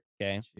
Okay